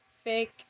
Fake